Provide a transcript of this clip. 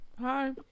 hi